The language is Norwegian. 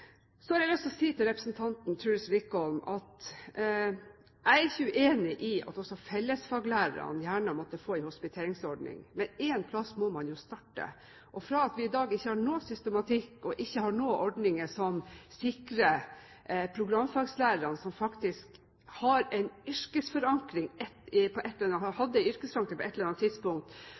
Så har jeg lyst til å si til representanten Truls Wickholm at jeg ikke er uenig i at også fellesfaglærerne gjerne må få en hospiteringsordning, men én plass må man jo starte. I dag har vi ikke noen systematikk og ikke noen ordninger som sikrer programfaglærerne, som faktisk har hatt en yrkesforankring på et eller annet tidspunkt. Jeg